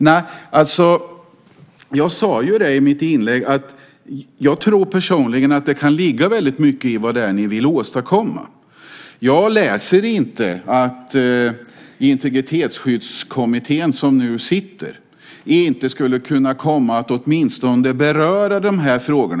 I mitt inlägg sade jag att jag tror att det kan ligga mycket i det ni vill åstadkomma. Jag kan inte läsa att Integritetsskyddskommittén inte skulle kunna komma att åtminstone beröra dessa frågor.